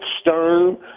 Stern